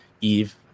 Eve